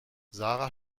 sara